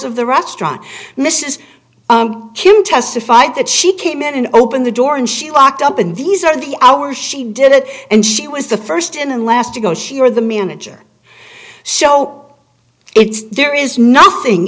of the restaurant mrs kim testified that she came in and opened the door and she locked up and these are the hours she did it and she was the first in and last to go sure the manager so it's there is nothing